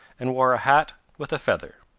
and wore a hat with a feather.